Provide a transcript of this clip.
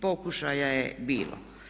Pokušaja je bilo.